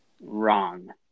Wrong